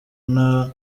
nta